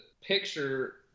picture